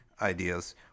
ideas